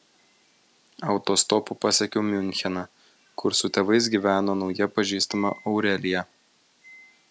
autostopu pasiekiau miuncheną kur su tėvais gyveno nauja pažįstama aurelija